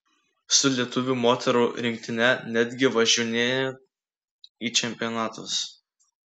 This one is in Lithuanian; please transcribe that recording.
su lietuvių moterų rinktine netgi važinėjau į čempionatus